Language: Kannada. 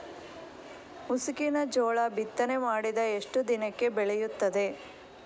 ಮುಸುಕಿನ ಜೋಳ ಬಿತ್ತನೆ ಮಾಡಿದ ಎಷ್ಟು ದಿನಕ್ಕೆ ಬೆಳೆಯುತ್ತದೆ?